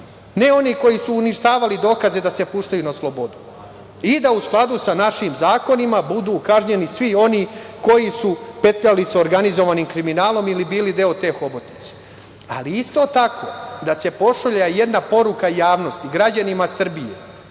ne oni koji su uništavali dokaze da se puštaju na slobodu i da u skladu sa našim zakonima budu kažnjeni svi oni koji su petljali sa organizovanim kriminalom ili bili deo te hobotnice. Isto tako, da se pošalje jedna poruka javnosti, građanima Srbije,